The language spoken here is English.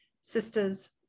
sisters